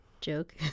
joke